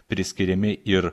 priskiriami ir